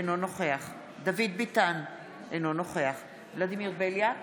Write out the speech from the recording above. אינו נוכח דוד ביטן, אינו נוכח ולדימיר בליאק,